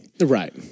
Right